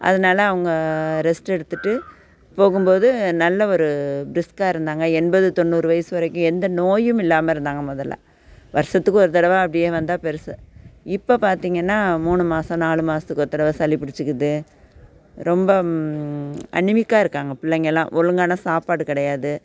அதனால அவங்க ரெஸ்ட் எடுத்துகிட்டு போகும் போது நல்ல ஒரு பிரிஸ்க்காக இருந்தாங்க எண்பது தொண்ணூறு வயது வரைக்கும் எந்த நோயும் இல்லாமல் இருந்தாங்க முதல்ல வருஷத்துக்கு ஒரு தடவை அப்படியே வந்தால் பெருசு இப்போ பார்த்தீங்கன்னா மூணு மாதம் நாலு மாதத்துக்கு ஒரு தடவை சளி பிடிச்சிக்கிது ரொம்ப அனிமிக்காக இருக்காங்க பிள்ளைங்கலாம் ஒழுங்கான சாப்பாடு கிடையாது